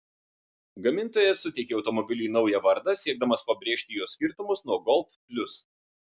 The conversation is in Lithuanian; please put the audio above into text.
gamintojas suteikė automobiliui naują vardą siekdamas pabrėžti jo skirtumus nuo golf plius